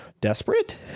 desperate